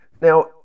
Now